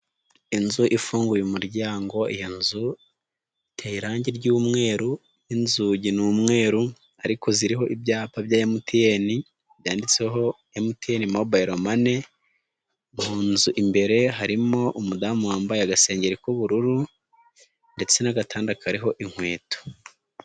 Inzu ifunguye umuryango, iyo nzu iteye irangi ry'umweru, inzugi ni umweru ariko ziriho ibyapa bya MTN byanditseho MTN Mobile Money. Mu nzu imbere harimo umudamu wambaye agasengeri k'ubururu ndetse n'agatanda kariho inkweto.